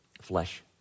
flesh